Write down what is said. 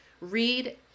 read